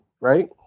right